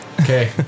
Okay